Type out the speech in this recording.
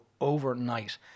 overnight